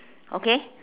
okay